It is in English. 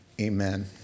amen